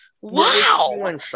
wow